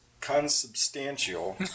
consubstantial